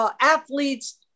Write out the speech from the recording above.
athletes